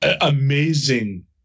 Amazing